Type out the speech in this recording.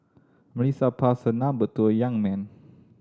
Melissa passed her number to the young man